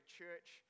church